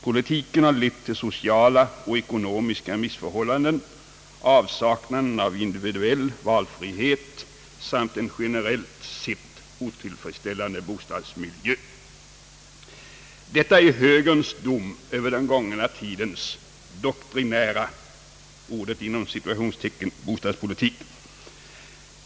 Politiken har lett till sociala och ekonomiska missförhållanden, avsaknaden av individuell valfrihet samt en generellt sett otillfredsställande bostadsmiljö.» Detta är högerns dom över den gångna tidens »doktrinära» bostadspolitik.